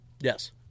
Yes